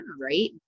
Right